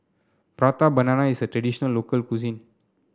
Prata Banana is a traditional local cuisine